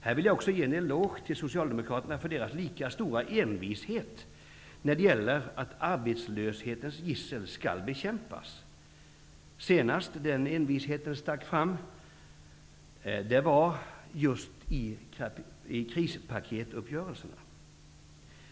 Här vill jag också ge en eloge till Socialdemokraterna för deras stora envishet när det gäller att bekämpa arbetslöshetens gissel. Senast den envisheten stack fram var just vid krisuppgörelsen.